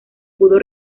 pudo